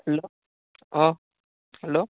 hello oh' hello